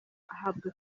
ahabwa